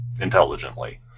intelligently